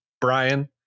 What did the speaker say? Brian